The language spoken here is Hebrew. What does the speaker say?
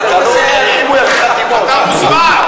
אתה מוזמן,